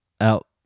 out